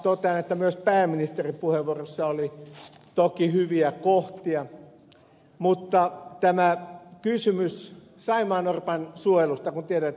totean että myös pääministerin puheenvuorossa oli toki hyviä kohtia mutta tähän kysymykseen saimaannorpan suojelusta kun tiedän että se on ed